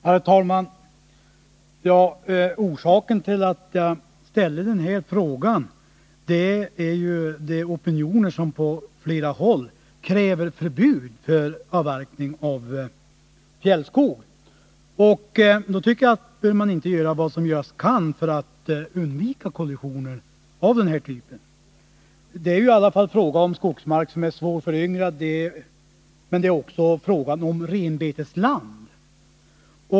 Herr talman! Orsaken till att jag ställde den här frågan är de opinioner som på flera håll kräver förbud mot avverkning av fjällskog. Då undrar jag: Bör man inte göra vad som göras kan för att undvika kollisioner av den här typen? Det är ju i alla fall fråga om skogsmark som är svårföryngrad, och det handlar också om renbetesland.